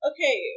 Okay